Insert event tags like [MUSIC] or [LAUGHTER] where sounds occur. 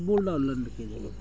[UNINTELLIGIBLE]